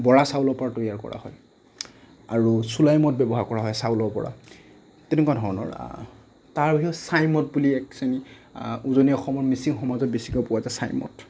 বৰা চাউলৰ পৰা তৈয়াৰ কৰা হয় আৰু চুলাই মদ ব্যৱহাৰ কৰা হয় চাউলৰ পৰা তেনেকুৱা ধৰণৰ তাৰ পিছত চাইমদ বুলি এক শ্ৰেণীৰ উজনি অসমৰ মিচিং সমাজত বেছিকৈ পোৱা যায় চাইমদ